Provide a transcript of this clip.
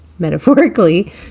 metaphorically